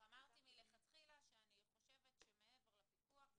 אמרתי מלכתחילה שאני חושבת שמעבר לפיקוח זה